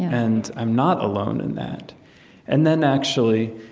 and i'm not alone in that and then, actually,